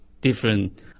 different